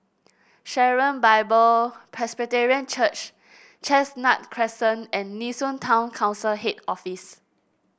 Sharon Bible Presbyterian Church Chestnut Crescent and Nee Soon Town Council Head Office